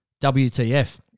WTF